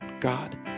God